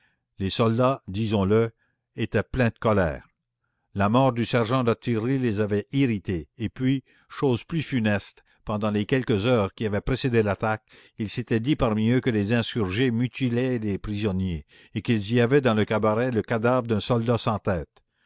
les soldats disons-le étaient pleins de colère la mort du sergent d'artillerie les avait irrités et puis chose plus funeste pendant les quelques heures qui avaient précédé l'attaque il s'était dit parmi eux que les insurgés mutilaient les prisonniers et qu'il y avait dans le cabaret le cadavre d'un soldat sans tête